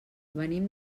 venim